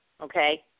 Okay